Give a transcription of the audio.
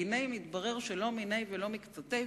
והנה מתברר שלא מיניה ולא מקצתיה,